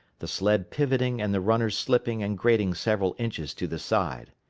the sled pivoting and the runners slipping and grating several inches to the side.